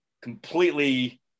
completely